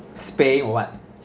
spain or [what]